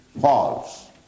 false